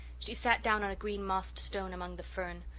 she sat down on a green-mossed stone among the fern,